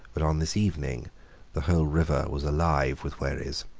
but on this evening the whole river was alive with wherries.